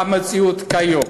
ועל המציאות כיום.